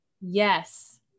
Yes